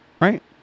Right